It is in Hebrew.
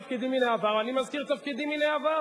ואני מזכיר את תפקידו מן העבר.